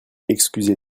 excusez